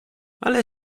ale